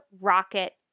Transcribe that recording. rocket